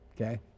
Okay